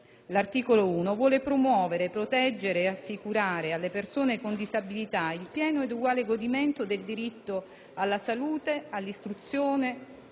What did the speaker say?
l'articolo 1, vuole promuovere, proteggere e assicurare alle persone con disabilità il pieno ed uguale godimento del diritto alla salute, all'istruzione,